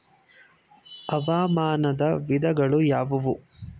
ಹವಾಮಾನದ ವಿಧಗಳು ಯಾವುವು?